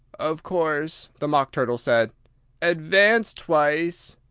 of course, the mock turtle said advance twice,